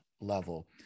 level